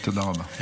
תודה רבה.